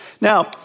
Now